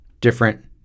Different